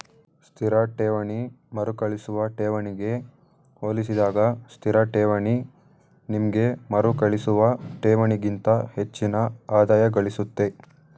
ಸ್ಥಿರ ಠೇವಣಿ ಮರುಕಳಿಸುವ ಠೇವಣಿಗೆ ಹೋಲಿಸಿದಾಗ ಸ್ಥಿರಠೇವಣಿ ನಿಮ್ಗೆ ಮರುಕಳಿಸುವ ಠೇವಣಿಗಿಂತ ಹೆಚ್ಚಿನ ಆದಾಯಗಳಿಸುತ್ತೆ